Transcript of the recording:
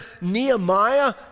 Nehemiah